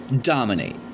Dominate